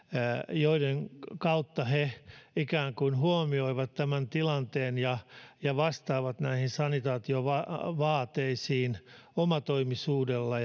joiden kautta he ikään kuin huomioivat tämän tilanteen ja ja vastaavat näihin sanitaatiovaateisiin omatoimisuudella